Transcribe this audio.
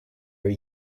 were